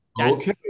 Okay